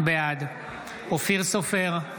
בעד אופיר סופר,